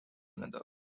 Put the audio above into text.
another